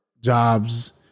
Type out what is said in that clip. jobs